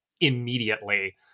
immediately